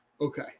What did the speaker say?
Okay